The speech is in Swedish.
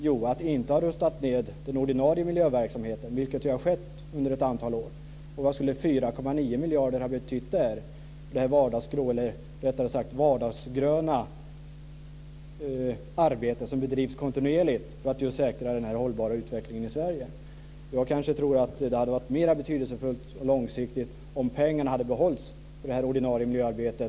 Jo, att man inte hade rustat ned den ordinarie miljöverksamheten, vilket ju har skett under ett antal år. Och vad skulle 4,9 miljarder ha betytt där, i det vardagsgrå, eller rättare sagt vardagsgröna, arbete som bedrivs kontinuerligt för att säkra den här hållbara utvecklingen i Sverige? Jag kanske tror att det hade varit mera betydelsefullt och långsiktigt om pengarna hade behållits för det ordinarie miljöarbetet.